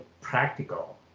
practical